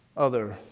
other